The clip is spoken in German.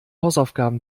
hausaufgaben